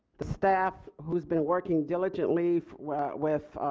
the staff who's been working diligently with